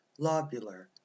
lobular